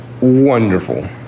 wonderful